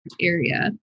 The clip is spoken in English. area